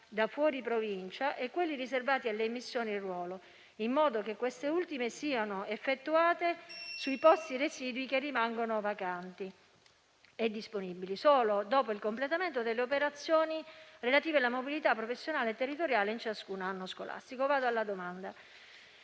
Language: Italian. da fuori provincia e quelli riservati alle immissioni in ruolo, in modo che queste ultime siano effettuate sui posti residui che rimangono vacanti e disponibili dopo il completamento delle operazioni relative alla mobilità professionale e territoriale in ciascun anno scolastico"; risulterebbe